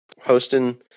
hosting